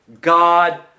God